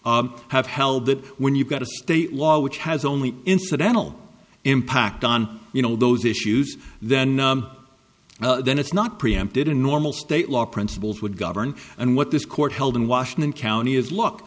s have held that when you've got a state law which has only incidental impact on you know those issues then then it's not preempted a normal state law principles would govern and what this court held in washington county is l